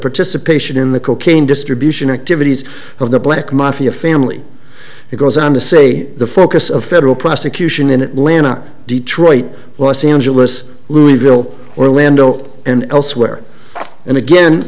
participation in the cocaine distribution activities of the black mafia family it goes on to say the focus of federal prosecution in atlanta detroit los angeles louisville orlando and elsewhere and again